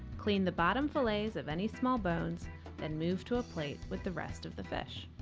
clean the bottom fillets of any small bones then move to a plate with the rest of the fish.